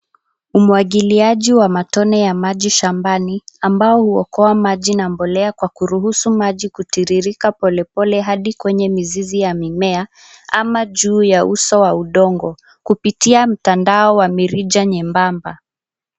Umwagiliaji wa matone ya maji shambani ambao huokoa maji na mbolea kwa kuruhusu maji kutiririka polepole hadi kwenye mizizi ya mimea ama juu ya uso wa udongo, kupitia mtandao wa mirija nyembamba.